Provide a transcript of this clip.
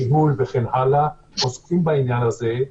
ניהול וכן הלאה שעוסקים בעניין הזה.